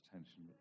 attention